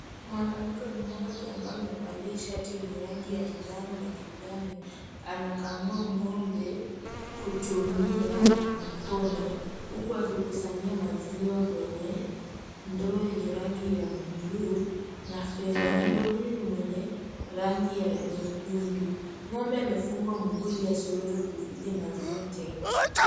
Mwanamke mmoja ambaye amevalia shati yenye rangi ya njano na kijani , anakamua ngombe kutumia mkono huku akikusanyia maziwa kwenye ndoo yenye rangi ya bluu na fedha, ngombe huyu ni mwenye rangi nyekundu, ngombe amefungwa miguu ili waweze kupiga maziwa teke .